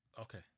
okay